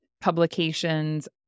publications